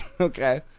Okay